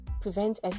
prevents